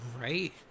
Right